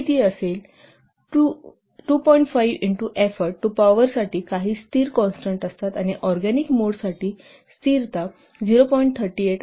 5 into effort two पॉवरसाठी काही constant करतात आणि ऑरगॅनिक मोड साठी कॉन्स्टंट 0